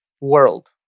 world